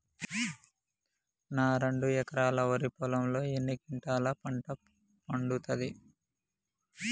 నా రెండు ఎకరాల వరి పొలంలో ఎన్ని క్వింటాలా పంట పండుతది?